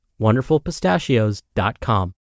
wonderfulpistachios.com